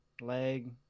leg